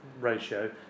ratio